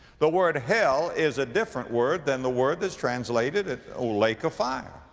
the word hell is a different word than the word that is translated lake of fire.